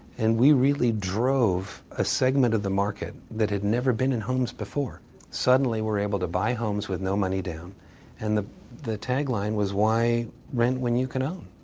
and we really drove a segment of the market that had never been in homes before suddenly were able to buy homes with no money down and the the tagline was why rent when you can own,